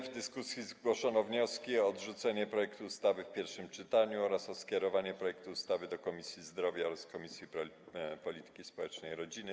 W dyskusji zgłoszono wnioski o odrzucenie projektu ustawy w pierwszym czytaniu oraz o skierowanie projektu ustawy do Komisji Zdrowia oraz Komisji Polityki Społecznej i Rodziny.